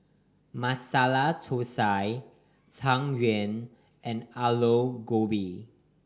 Masala Thosai Tang Yuen and Aloo Gobi